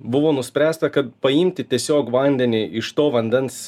buvo nuspręsta kad paimti tiesiog vandenį iš to vandens